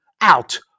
out